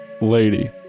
Lady